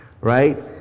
right